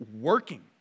working